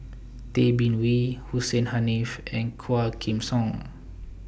Tay Bin Wee Hussein Haniff and Quah Kim Song